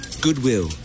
goodwill